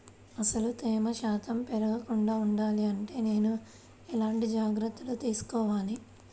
అసలు తేమ శాతం పెరగకుండా వుండాలి అంటే నేను ఎలాంటి జాగ్రత్తలు తీసుకోవాలి?